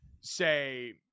say